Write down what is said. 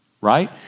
right